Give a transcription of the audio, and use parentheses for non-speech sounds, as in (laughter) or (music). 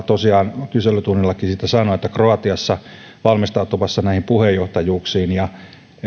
(unintelligible) tosiaan kyselytunnillakin siitä sanoin kroatiassa valmistautumassa puheenjohtajuuksiin ja